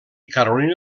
carolina